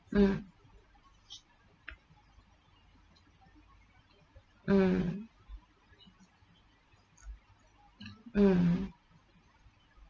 mm mm mm